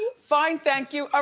fine thank you. ah